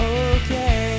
okay